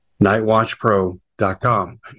Nightwatchpro.com